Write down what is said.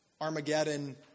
Armageddon